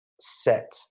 set